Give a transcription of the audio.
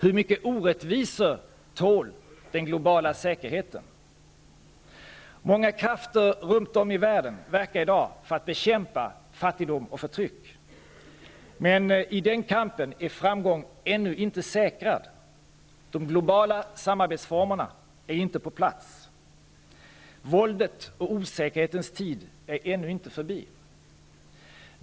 Hur mycket orättvisor tål den globala säkerheten? Många krafter runt om världen verkar i dag för att bekämpa fattigdom och förtryck. Men i den kampen är framgång ännu inte säkrad. De globala samarbetsformerna är inte på plats. Våldets och osäkerhetens tid är ännu inte förbi.